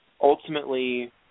ultimately